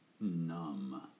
numb